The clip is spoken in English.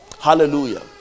Hallelujah